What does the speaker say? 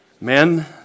Men